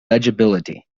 legibility